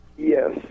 Yes